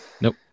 Nope